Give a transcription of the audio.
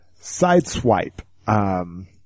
Sideswipe